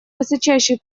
высочайший